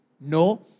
No